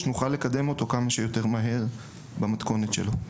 שנוכל לקדם אותו כמה שיותר מהר במתכונת שלו.